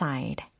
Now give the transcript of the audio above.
Side